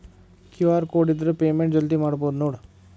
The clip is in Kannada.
ಕ್ಯೂ.ಆರ್ ಕೋಡ್ ಇದ್ರ ಪೇಮೆಂಟ್ ಜಲ್ದಿ ಮಾಡಬಹುದು ನೋಡ್